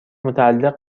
متعلق